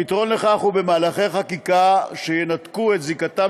הפתרון לכך הוא במהלכי חקיקה שינתקו את זיקתם